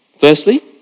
Firstly